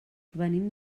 venim